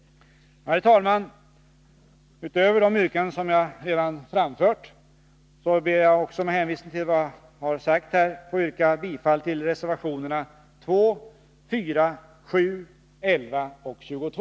Herr talman! Utöver de yrkanden som jag redan har framfört, ber jag att med hänvisning till vad jag har sagt här få yrka bifall till reservationerna 2, 4, 7, 11 och 22.